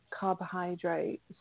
carbohydrates